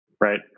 Right